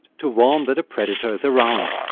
to warn that a predator is around.